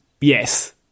Yes